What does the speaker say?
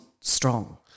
strong